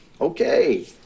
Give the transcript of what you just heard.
Okay